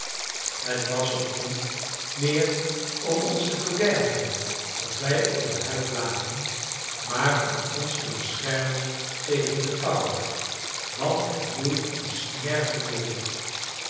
het was ook niet meer om ons te verbergen dat wij onder de huif lagen maar om ons te beschermen tegen de koude want er woei een snerpende wind